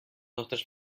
nostres